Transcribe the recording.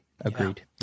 agreed